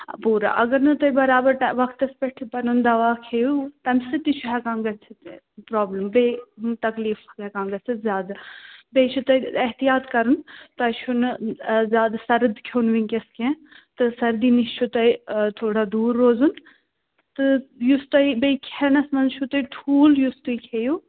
پوٗرٕ اگر نہٕ تۄہہِ برابر تا وَقتَس پٮ۪ٹھ پنُن دوا کھیٚیِو تَمہِ سۭتۍ تہِ چھِ ہٮ۪کان گٔژھِتھ پرٛابلِم بیٚیہِ تَکلیٖف تہِ چھُ ہٮ۪کان گٔژھِتھ زیادٕ بیٚیہِ چھُ تَتہِ احتیاط کَرُن تۄہہِ چھُو نہٕ زیادٕ سرد کھٮ۪ون وُنکٮ۪س کیٚنٛہہ تہٕ سردی نِش چھ تۄہہِ تھوڑا دوٗر روزُن تہٕ یُس تۄہہِ بیٚیہِ کھٮ۪نَس مَنٛز چھِو تۄہہِ ٹھوٗل یُس تُہۍ کھیٚیِو